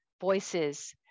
voices